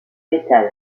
metal